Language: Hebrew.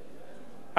הרי מה היה הדבר,